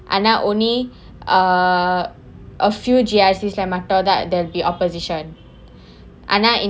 ஆனா:aanaa only uh a few G_R_C மட்டும்தான்:mattumthaan the opposition ஆனா:aanaa